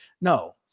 No